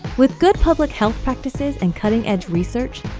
with good public health practices and cutting-edge research,